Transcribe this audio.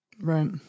Right